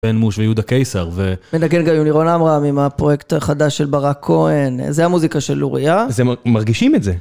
בן מוש ויהודה קיסר, ו... מנגן גם עם לירון עמרם, עם הפרויקט החדש של ברק כהן. זה המוזיקה של אוריה. זה מ... מרגישים את זה.